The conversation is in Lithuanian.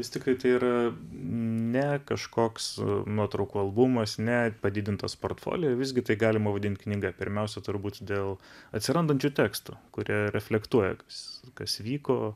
jis tikrai ir ne kažkoks nuotraukų albumas ne padidintos partfolė visgi tai galima vadint knyga pirmiausia turbūt dėl atsirandančių tekstų kurie reflektuoja kas kas vyko